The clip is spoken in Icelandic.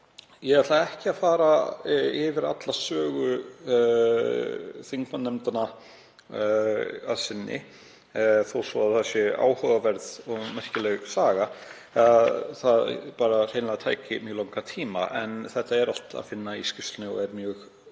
Ég ætla ekki að fara yfir alla sögu þingmannanefndanna að sinni þó svo að það sé áhugaverð og merkileg saga, það tæki mjög langan tíma. En þetta er allt að finna í skýrslunni og er mjög